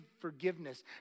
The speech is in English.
forgiveness